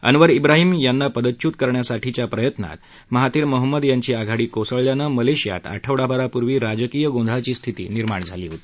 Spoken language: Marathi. अन्वर ड्राहिम यांना पदच्युत करण्यासाठीच्या प्रयत्नात महाथिर मोहम्मद यांची आघाडी कोसळल्यानं मलेशियात आठवडापूर्वी राजकीय गोंधळाची स्थिती उत्पन्न झाली होती